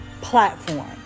platform